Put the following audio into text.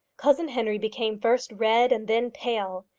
cousin henry became first red and then pale,